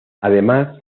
además